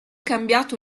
cambiato